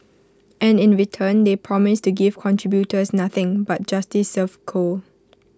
and in return they promise to give contributors nothing but justice served cold